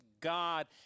God